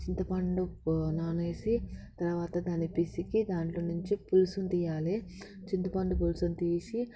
చింతపండు నానేసి తర్వాత దాన్ని పిసికి దాంట్లో నుంచి పులుసును తీయాలి చింతపండు పులుసు తీసి